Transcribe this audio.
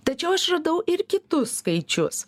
tačiau aš radau ir kitus skaičius